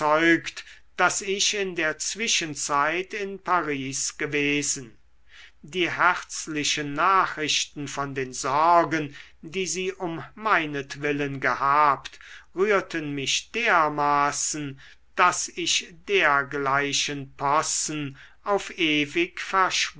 daß ich in der zwischenzeit in paris gewesen die herzlichen nachrichten von den sorgen die sie um meinetwillen gehabt rührten mich dermaßen daß ich dergleichen possen auf ewig